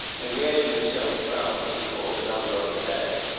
and graham himself frowned as he called the number on the pad.